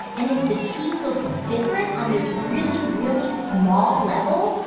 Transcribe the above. and if the cheese looks different on this really, really small level,